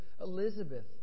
Elizabeth